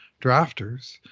drafters